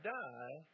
die